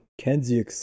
Kenzie